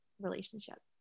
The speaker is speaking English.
relationship